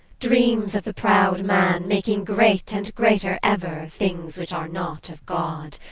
dreams of the proud man, making great and greater ever, things which are not of god.